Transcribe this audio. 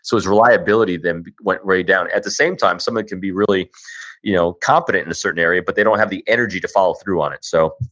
so his reliability then went way down at the same time, somebody can be really you know competent in a certain area, but they don't have the energy to follow through on it. so,